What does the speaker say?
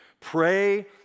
Pray